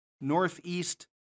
northeast